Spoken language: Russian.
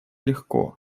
легко